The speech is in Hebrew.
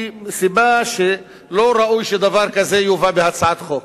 מהסיבה שלא ראוי שדבר כזה יובא בהצעת חוק.